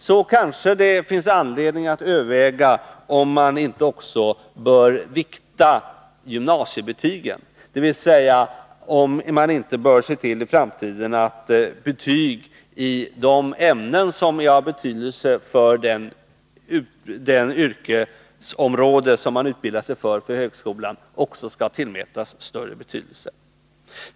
Det kanske finns anledning att på samma sätt överväga om inte gymnasiebetygen bör viktas, dvs. om man inte i framtiden bör se till att betygen i de ämnen som är av betydelse för det yrkesområde som den studerande på högskolan utbildar sig för skall tillmätas större vikt.